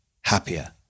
happier